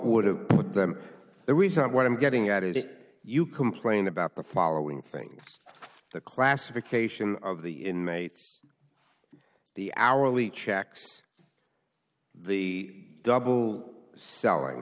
would have put them there we've got what i'm getting at is it you complain about the following things the classification of the inmates the hourly checks the double selling